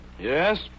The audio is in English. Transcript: Yes